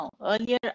earlier